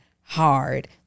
hard